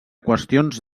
qüestions